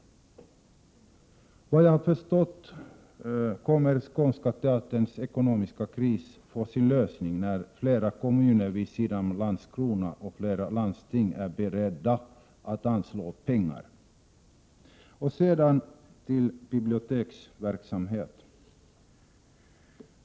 Såvitt jag förstått kommer Skånska teaterns ekonomiska kris att få sin lösning när flera kommuner vid sidan av Landskrona och flera landsting är beredda att anslå pengar. Sedan till biblioteksverksamheten.